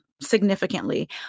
significantly